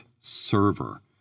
server